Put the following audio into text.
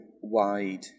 wide